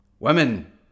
Women